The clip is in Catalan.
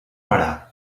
parar